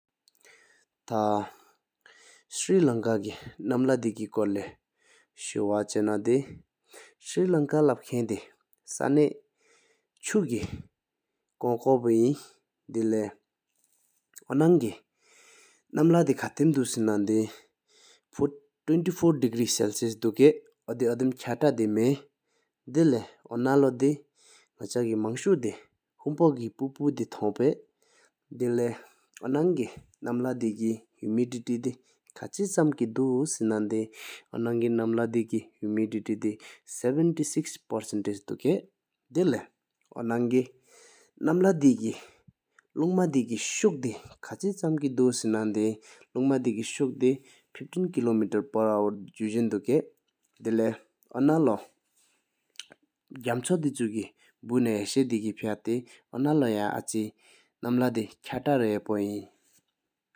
ཐ་སྲི་ལང་ཀ་ཀེ་ནམ་ལྷ་དེ་གེ་སྐོར་ལས་ཤུ་བ་ཅ་ན་དེ། སྲི་ལང་ཀ་ལབ་ཁན་དེ་ཆུ་གེ་ཀོང་ཀོང་བུ་ཨིན། དེ་ལེ་ཡོ་ནང་ ནམ་ལྷ་དེ་ཁ་ཏམ་དུ་ཀེས་ན་དེ་ཉི་ཤུ་བཞི་འདྲི་གྲེ་དུ་ཀེ། ཨོ་དེ་དོ་དམ་ཅ་ཏ་དེ་མེ། དེ་ལེ་ཡོ་ན་ལོ་དེ་ང་ཀེ་མང་ཤུ་དེ་ཁོམ་པོ་གེ་དུབ་པོ་དེ་ཐོང་ཕལ། དེ་ལེ་ཡོ་ནང་ དེ་ཁ་ཆམ་ཀེ་དུ་སེ་ན་དེ། ཨོ་ནང་གེ་ནམ་ལྷ་དེ་ཀེ་ཁ་ཆམ་དེ་བདུན་དྲུག་པར་ཅན་དུ་ཀེ། དེ་ལེ་ཡོ་ན་གེ་ནམ་ལྷ་དེ་ཀེ་ལུང་མ་དེ་གེ་ཁ་ཆམ་གེ་དུ་སེ་ན་དེ། ལུང་མ་དེ་སུག་དེ་བཅུ་ལྔ་ཀི་ལོ་པར་ཨེར་གུ་ཟིང་། དེ་ལེ་ཡོ་ན་ལོ་གེ་སྒེ་མ་ཙོ་དེ་ཆུ་ཀེ་བུ་ན་ཡེ་ཤ་དེ་གེ་ཕྱག་ཐེད་ ཨུ་ན་དེ་ཡཀ་ཁང་ནང་ལྷ་དེ་ཁྱད་ཏ་ར་ཡེ་པོ་ཨིན།